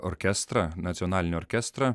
orkestrą nacionalinį orkestrą